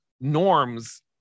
norms